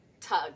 tug